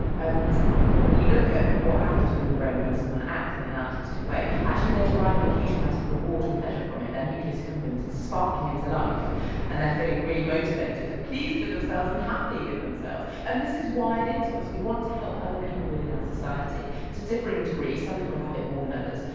and when you look at what happens within the brain when someone acts in an altruistic way, actually they are deriving a huge amount of reward and pleasure from it, their nucleus accumbens is sparking into life and they are feeling really motivated and pleased with themselves and happy with themselves, and this is wired into us. we want to help other people within our society, to differing degrees, some people have it more than others,